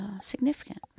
significant